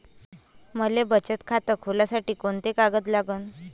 मले बचत खातं खोलासाठी कोंते कागद लागन?